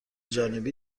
جانبی